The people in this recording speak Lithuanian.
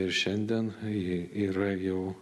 ir šiandien ji yra jau